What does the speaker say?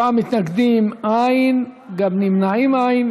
בעד, 47, מתנגדים אין, גם נמנעים אין.